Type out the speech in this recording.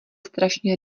strašně